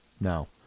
no